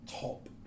top